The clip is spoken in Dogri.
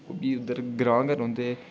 उब्भी उद्धर ग्रांऽ गै रौंह्दे